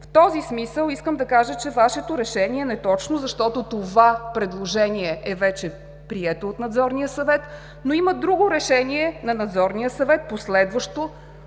В този смисъл искам да кажа, че Вашето решение е неточно, защото това предложение вече е прието от Надзорния съвет, но има друго, последващо решение на Надзорния съвет